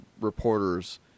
reporters